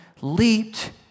leaped